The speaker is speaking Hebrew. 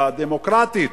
הדמוקרטית,